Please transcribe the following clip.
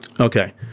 Okay